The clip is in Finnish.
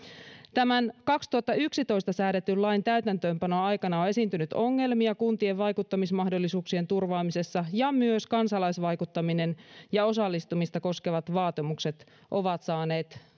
tämän kaksituhattayksitoista säädetyn lain täytäntöönpanon aikana on esiintynyt ongelmia kuntien vaikuttamismahdollisuuksien turvaamisessa ja myös kansalaisvaikuttaminen ja osallistumista koskevat vaatimukset ovat saaneet